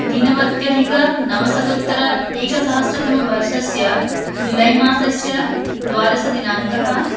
द्वीनवत्यधिकनवशतोत्तर एकसहस्रतमवर्षस्य जुलै मासस्य द्वादशदिनाङ्कः